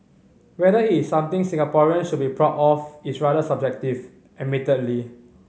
whether is something Singaporeans should be proud of is rather subjective admittedly